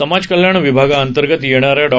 समाज कल्याण विभागा अंतर्गत येणाऱ्या डॉ